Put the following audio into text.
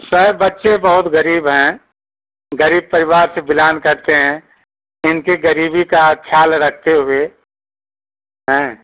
sir बच्चे बहुत गरीब हैं गरीब परिवार से बिलोंग करते हैं इनकी गरीबी का ख्याल रखते हुए हाँ